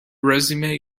resume